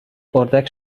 اردک